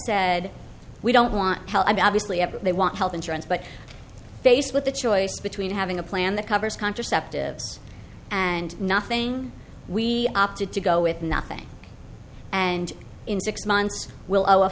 said we don't want hell i've obviously ever they want health insurance but faced with a choice between having a plan that covers contraceptives and nothing we opted to go with nothing and in six months will